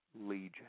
legion